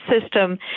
system